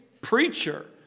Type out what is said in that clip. preacher